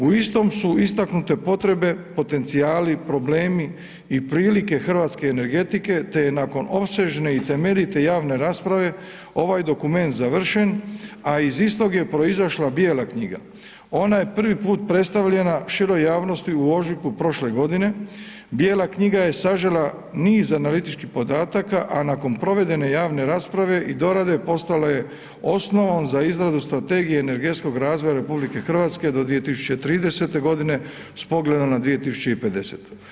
U istom su istaknute potrebe, potencijali i problemi i prilike hrvatske energetike, te je nakon opsežne i temeljite javne rasprave ovaj dokument završen, a iz istog je proizašla bijela knjiga, ona je prvi put predstavljena široj javnosti u ožujku prošle godine, bijela knjiga je sažela niz analitičkih podataka, a nakon provedene javne rasprave i dorade postala je osnovom za izradu strategije energetskog razvoja RH do 2030.g. s pogledom na 2050.